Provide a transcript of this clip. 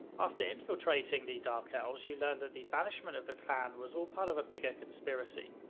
after infiltrating the dark elves, you learn that the banishment of the clan was all part of a bigger conspiracy.